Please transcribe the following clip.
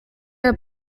are